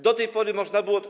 Do tej pory można było.